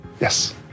Yes